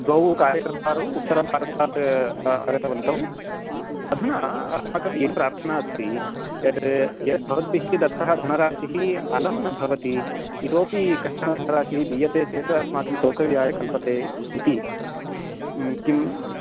द्वौ कार्यकर्तारौ उत्तरभारतात् आगतवन्तौ अधुना अस्माकं यत् प्रार्थना अस्ति यत् यत् भवद्भिः दत्तः धनराशिः अलं न भवति इतोपि कश्चन धनराशिः दीयते चेत् अस्माकं सौकर्याय कल्पते इति किम्